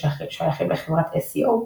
ששייכים לחברת SCO,